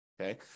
Okay